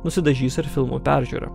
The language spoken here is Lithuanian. nusidažys ir filmų peržiūra